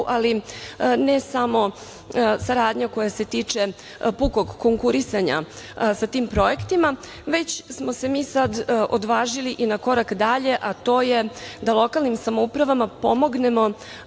ali ne samo saradnja koja se tiče pukog konkurisanja sa tim projektima, već smo se mi sad odvažili i na korak dalje, a to je da lokalnim samoupravama pomognemo